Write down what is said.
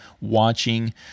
watching